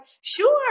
sure